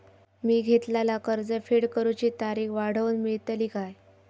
मी घेतलाला कर्ज फेड करूची तारिक वाढवन मेलतली काय?